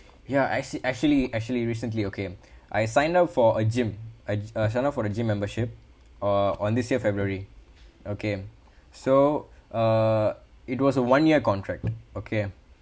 ya actually actually actually recently okay I sign up for a gym I uh sign up for the gym membership uh on this year february okay so uh it was a one year contract okay